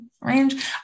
range